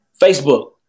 Facebook